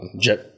jet